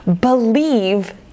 believe